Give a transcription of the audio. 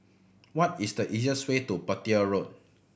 what is the easiest way to Petir Road